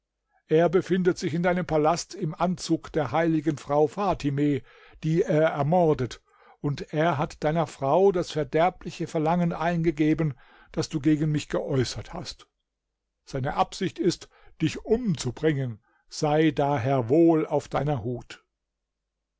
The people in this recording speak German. er befindet sich in deinem palast im anzug der heiligen frau fatime die er ermordet und er hat deiner frau das verderbliche verlangen eingegeben das du gegen mich geäußert hast seine absicht ist dich umzubringen sei daher wohl auf deiner hut